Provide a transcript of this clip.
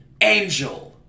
Angel